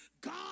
God